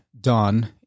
done